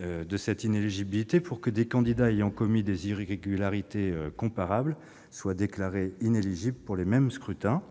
de l'inéligibilité pour que des candidats ayant commis des irrégularités comparables soient déclarés inéligibles pour les mêmes scrutins.